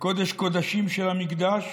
// וקודש קודשים של המקדש,